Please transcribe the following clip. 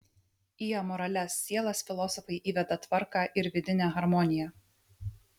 į amoralias sielas filosofai įveda tvarką ir vidinę harmoniją